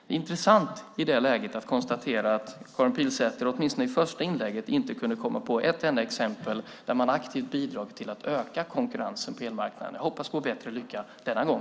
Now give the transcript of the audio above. Det är i det läget intressant att konstatera att Karin Pilsäter åtminstone i det första inlägget inte kunde komma på ett enda exempel på att man aktivt har bidragit till att öka konkurrensen på elmarknaden. Jag hoppas på bättre lycka denna gång.